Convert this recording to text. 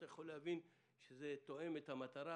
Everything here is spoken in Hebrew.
אתה יכול להבין שזה תואם את המטרה.